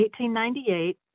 1898